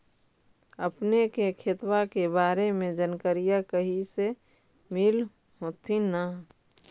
अपने के खेतबा के बारे मे जनकरीया कही से मिल होथिं न?